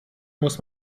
muss